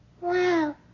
wow